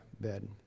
bed